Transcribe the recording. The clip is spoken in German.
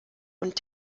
und